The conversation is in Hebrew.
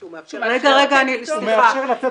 סליחה.